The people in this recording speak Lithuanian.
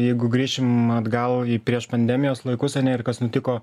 jeigu grįšim atgal į prieš pandemijos laikus ar ne ir kas nutiko